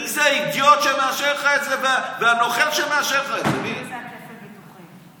מי זה האידיוט שמאשר לך את זה והנוכל שמאשר לך את זה?